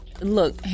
Look